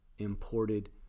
imported